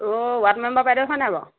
অঁ ward member বাইদেউ হয়নে বাৰু